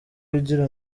ugira